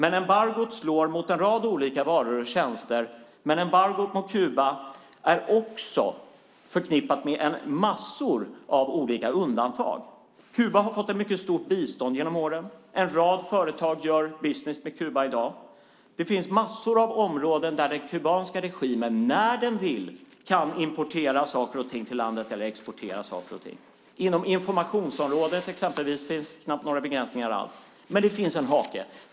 Embargot slår mot en rad olika varor och tjänster, men embargot mot Kuba är också förknippat med massor av olika undantag. Kuba har fått ett mycket stort bistånd genom åren. En rad företag gör business med Kuba i dag. Det finns massor av områden där den kubanska regimen när den vill kan importera saker och ting till landet eller exportera saker och ting. Inom informationsområdet exempelvis finns knappt några begränsningar alls. Det finns ändå en hake.